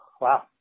Wow